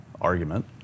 argument